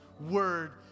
word